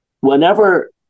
whenever